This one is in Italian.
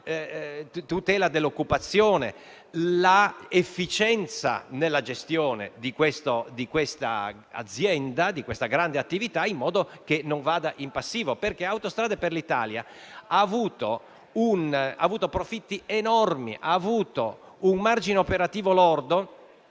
tutela dell'occupazione, l'efficienza nella gestione di quest'azienda e di questa grande attività), in modo che non vada in passivo. Autostrade per l'Italia, infatti, ha avuto profitti enormi e un margine operativo lordo